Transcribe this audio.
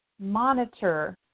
monitor